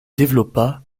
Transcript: développa